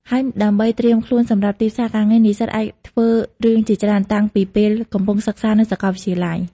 ហើយដើម្បីត្រៀមខ្លួនសម្រាប់ទីផ្សារការងារ និស្សិតអាចធ្វើរឿងជាច្រើនតាំងពីពេលកំពុងសិក្សានៅសាកលវិទ្យាល័យ។